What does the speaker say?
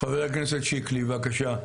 חבר הכנסת שיקלי בבקשה.